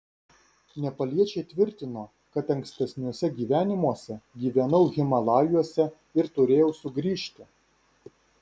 nepaliečiai tvirtino kad ankstesniuose gyvenimuose gyvenau himalajuose ir turėjau sugrįžti